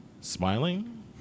smiling